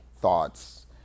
thoughts